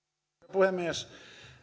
puhemies